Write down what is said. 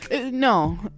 No